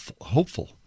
hopeful